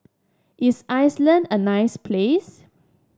is Iceland a nice place